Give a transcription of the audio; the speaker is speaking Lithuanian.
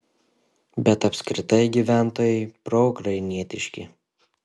bet apskritai gyventojai proukrainietiški